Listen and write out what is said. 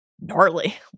Gnarly